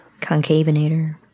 Concavenator